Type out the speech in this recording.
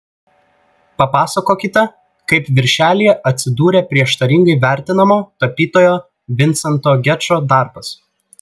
papasakokite kaip viršelyje atsidūrė prieštaringai vertinamo tapytojo vincento gečo darbas